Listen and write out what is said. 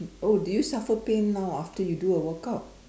oh do you suffer pain now after you do a workout